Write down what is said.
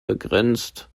begrenzt